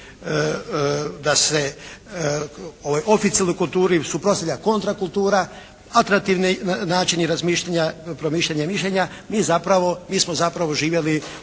da se oficijelnoj kulturi suprotstavlja kontra kultura, atraktivni načini razmišljanja, promišljanja i mišljenja, mi smo zapravo živjeli